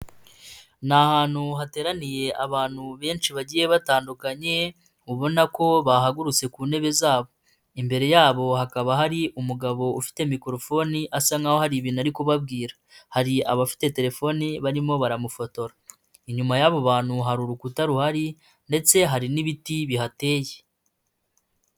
Ni ahantu hateraniye abantu benshi bagiye batandukanye, ubona ko bahagurutse ku ntebe zabo. Imbere yabo hakaba hari umugabo ufite mikorofoni, asa nkaho hari ibintu ari kubabwira. Hari abafite telefoni barimo baramufotora. Inyuma y'abo bantu hari urukuta ruhari ndetse hari n'ibiti bihateye.